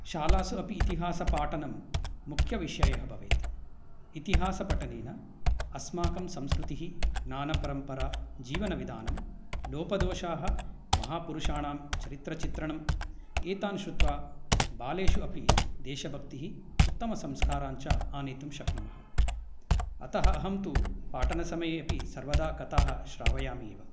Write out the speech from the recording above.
शालासु अपि इतिहास पाठनं मुख्यविषयः भवेत् इतिहासपठनेन अस्माकं संस्कृतिः ज्ञानपरम्परा जीवनविदानं लोपदोषाः महापुरुषाणां चरित्रचित्रणम् एतान् श्रुत्वा बालेषु अपि देशभक्तिः उत्तमसंस्कारान् च आनेतुं शक्नुमः अतः अहं तु पाठनसमये अपि सर्वदा कथाः श्रावयामि एव